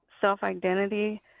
self-identity